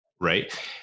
right